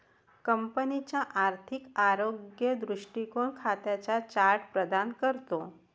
कंपनीचा आर्थिक आरोग्य दृष्टीकोन खात्यांचा चार्ट प्रदान करतो